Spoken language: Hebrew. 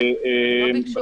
הם לא ביקשו